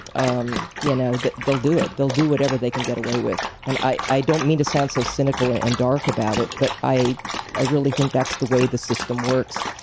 um you know they'll do it. they'll do whatever they can get away with and i i don't mean to sound so cynical and dark about it, but i i really think that's the way the system works.